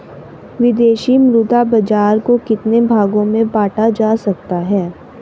विदेशी मुद्रा बाजार को कितने भागों में बांटा जा सकता है?